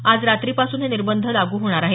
आज रात्रीपासून हे निर्बंध लागू होणार आहेत